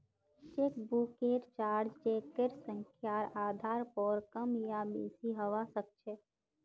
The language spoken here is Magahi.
चेकबुकेर चार्ज चेकेर संख्यार आधार पर कम या बेसि हवा सक्छे